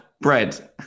bread